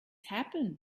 happen